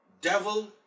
devil